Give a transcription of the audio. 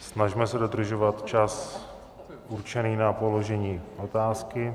Snažme se dodržovat čas určený na položení otázky.